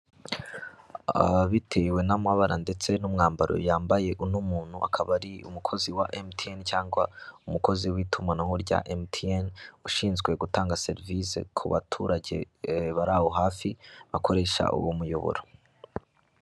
Bitewe n'amabara ndetse n'umwambaro yambaye, uno muntu akaba ari umukozi wa MTN cyangwa umukozi w'itumanaho rya MTN, ushinzwe gutanga serivisi ku baturage bari aho hafi bakoresha uwo muyoboro.